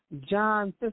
John